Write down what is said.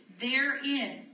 therein